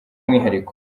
umwihariko